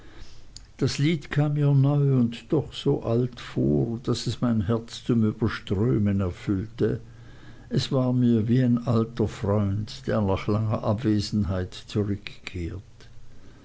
das lied kam mir neu und doch so alt vor daß es mein herz zum überströmen erfüllte es war mir wie ein alter freund der nach langer abwesenheit zurückkehrt